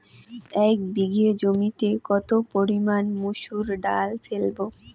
এক বিঘে জমিতে কত পরিমান মুসুর ডাল ফেলবো?